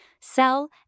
sell